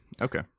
Okay